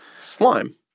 Slime